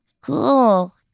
Cool